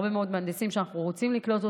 יש הרבה מאוד מהנדסים שאנחנו רוצים לקלוט.